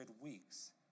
weeks